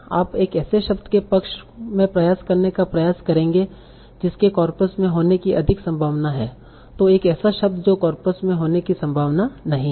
आप एक ऐसे शब्द के पक्ष में प्रयास करने का प्रयास करेंगे जिसके कॉर्पस में होने की अधिक संभावना है तो एक ऐसा शब्द जो कॉर्पस में होने की संभावना नहीं है